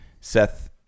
seth